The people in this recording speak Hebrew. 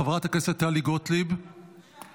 חברת הכנסת טלי גוטליב, בבקשה.